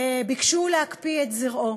ביקשו להקפיא את זרעו.